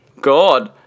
God